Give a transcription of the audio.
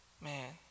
man